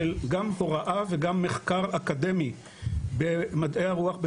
גם של הוראה וגם של מחקר אקדמי במדעי הרוח,